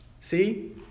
See